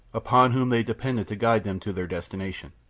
upon whom they depended to guide them to their destination.